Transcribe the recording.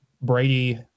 Brady